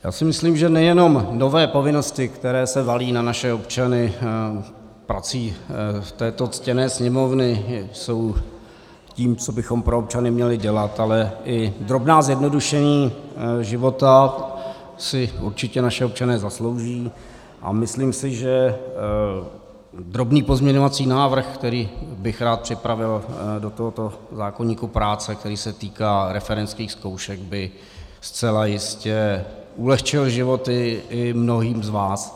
Já si myslím, že nejenom nové povinnosti, které se valí na naše občany prací této ctěné Sněmovny, jsou tím, co bychom pro občany měli dělat, ale i drobná zjednodušení života si určitě naši občané zaslouží, a myslím si, že drobný pozměňovací návrh, který bych rád připravil do tohoto zákoníku práce, který se týká referentských zkoušek, by zcela jistě ulehčil životy i mnohým z vás.